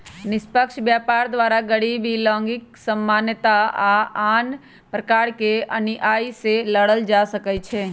निष्पक्ष व्यापार द्वारा गरीबी, लैंगिक असमानता आऽ आन प्रकार के अनिआइ से लड़ल जा सकइ छै